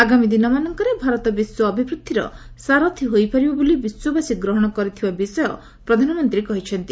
ଆଗାମୀ ଦିନମାନଙ୍କରେ ଭାରତ ବିଶ୍ୱ ଅଭିବୃଦ୍ଧିର ସାରଥି ହୋଇପାରିବ ବୋଲି ବିଶ୍ୱବାସୀ ଗ୍ରହଣ କରିଥିବା ବିଷୟ ପ୍ରଧାନମନ୍ତ୍ରୀ କହିଛନ୍ତି